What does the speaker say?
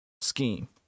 scheme